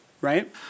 right